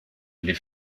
les